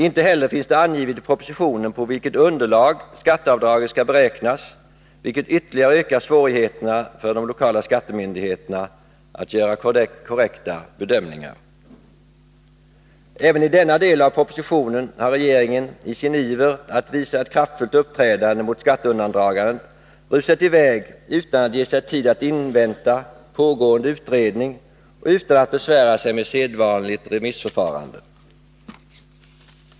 Inte heller finns det angivet i propositionen på vilket underlag skatteavdraget skall beräknas, vilket ytterligare ökar svårigheterna för de lokala skattemyndigheterna att göra korrekta bedömningar. Även i denna del av propositionen har regeringen i sin iver att visa ett kraftfullt uppträdande mot skatteundandragandet rusat i väg utan ge sig tid att invänta pågående utredning och utan att besvära sig med sedvanligt remissförfarande.